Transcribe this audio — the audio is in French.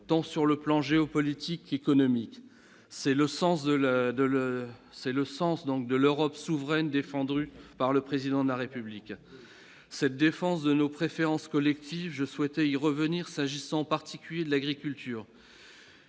tant sur le plan géopolitique, économique, c'est le sens de la, de l'c'est le sens, donc de l'Europe souveraine défendre par le président de la République, cette défense de nos préférences collectives je souhaitais y revenir s'agissant en particulier de l'agriculture,